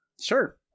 Sure